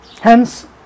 hence